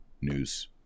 news